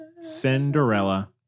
cinderella